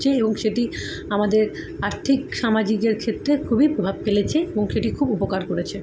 হচ্ছে এবং সেটি আমাদের আর্থিক সামাজিকের ক্ষেত্রে খুবই প্রভাব ফেলেছে এবং সেটি খুবই উপকার করেছে